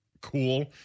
cool